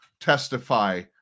testify